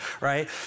right